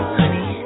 honey